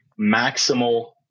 maximal